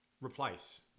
replace